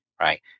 right